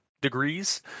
degrees